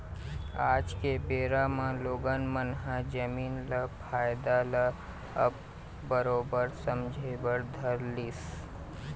आज के बेरा म लोगन मन ह जमीन के फायदा ल अब बरोबर समझे बर धर लिस